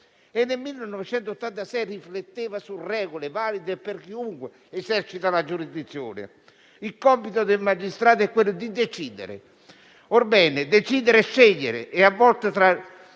Nel 1986 rifletteva su regole valide per chiunque eserciti la giurisdizione: «Il compito del magistrato è quello di decidere. Orbene, decidere è scegliere